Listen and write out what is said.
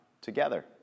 together